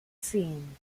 scene